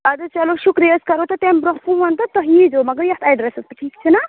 اَدٕ حظ چلو شُکریہ أسۍ کَرہو تۄہہِ تَمہِ برٛونٛہہ فون تہٕ تُہۍ ییٖزیٚو مگر یَتھ ایٚڈرَس پٮ۪ٹھ ٹھیٖک چھُنا